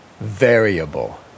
variable